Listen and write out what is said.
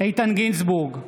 איתן גינזבורג,